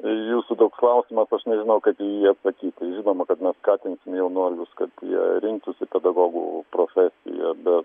jūsų toks klausimas aš nežinau kaip į jį atsakyti žinoma kad mes skatinsim jaunuolius kad jie rinktųsi pedagogų profesiją bet